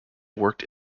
worked